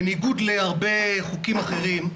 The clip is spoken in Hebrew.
בניגוד להרבה חוקים אחרים,